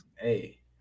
Hey